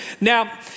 Now